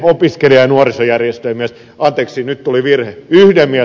yhden mielestä se ei ollut